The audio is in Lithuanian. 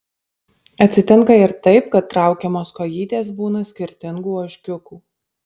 atsitinka ir taip kad traukiamos kojytės būna skirtingų ožkiukų